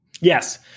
Yes